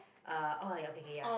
uh okay kay ya